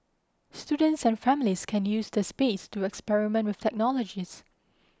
students and families can use the space to experiment with technologies